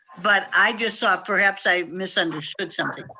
but i just thought perhaps i misunderstood something.